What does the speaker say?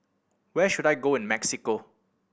where should I go in Mexico